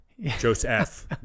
Joseph